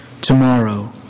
tomorrow